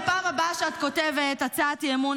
בפעם הבאה שאת כותבת הצעת אי-אמון,